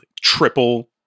triple